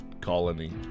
Colony